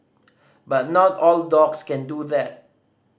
but not all dogs can do that